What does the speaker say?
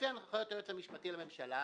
לפי הנחיות היועץ המשפטי לממשלה,